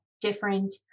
different